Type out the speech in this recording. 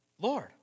Lord